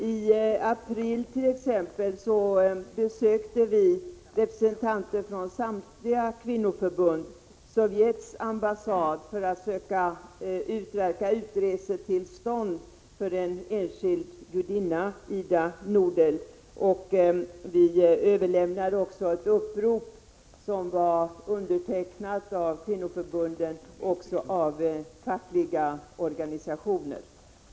I april besökte t.ex. representanter för samtliga kvinnoförbund Sovjets ambassad för att söka utverka utresetillstånd för en enskild judinna, Ida Nudel. Vi överlämnade också ett upprop som var undertecknat av kvinnoförbunden och av fackliga organisationer.